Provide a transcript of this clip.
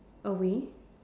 away